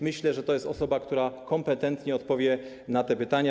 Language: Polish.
Myślę, że to jest osoba, która kompetentnie odpowie na te pytania.